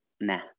Nah